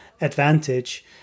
advantage